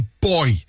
Boy